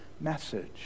message